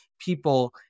people